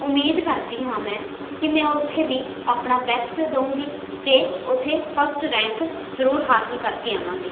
ਉਮੀਦ ਕਰਦੀ ਹਾਂ ਮੈਂ ਕਿ ਮੈਂ ਉੱਥੇ ਵੀ ਆਪਣਾ ਬੈਸਟ ਦਊਂਗੀ ਅਤੇ ਉੱਥੇ ਫਸਟ ਰੈਂਕ ਜ਼ਰੂਰ ਹਾਸਲ ਕਰਕੇ ਆਵਾਂਗੀ